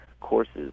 courses